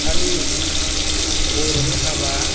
खालि बर'नि हाबा